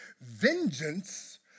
vengeance